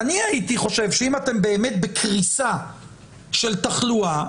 אני הייתי חושב שאם אתם באמת בקריסה של תחלואה,